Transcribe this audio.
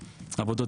העבודות,